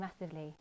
massively